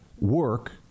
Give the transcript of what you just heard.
work